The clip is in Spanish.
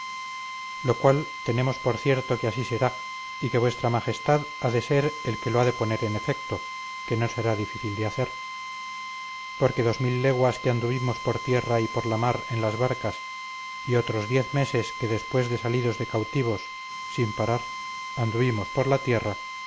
lo cual tenemos por cierto que así será y que vuestra majestad ha de ser el que lo ha de poner en efecto que no será difícil de hacer porque dos mil leguas que anduvimos por tierra y por la mar en las barcas y otros diez meses que después de salidos de cautivos sin parar anduvimos por la tierra